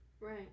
Right